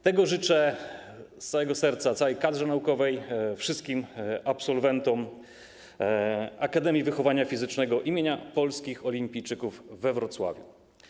Tego życzę z całego serca całej kadrze naukowej, wszystkim absolwentom Akademii Wychowania Fizycznego im. Polskich Olimpijczyków we Wrocławiu.